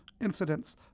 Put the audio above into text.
incidents